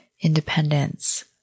independence